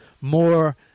more